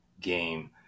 game